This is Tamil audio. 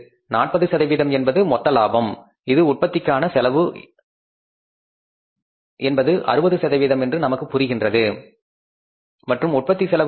40 சதவீதம் என்பது கிராஸ் பிராபிட் இது உற்பத்திக்கான செலவு என்பது 60 என்று நமக்கு புரிகின்றது மற்றும் உற்பத்தி செலவு என்பது என்ன